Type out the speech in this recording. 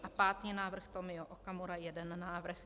A pátý návrh, Tomio Okamura, jeden návrh.